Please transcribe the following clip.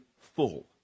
full